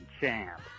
champ